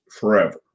forever